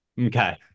Okay